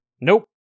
Nope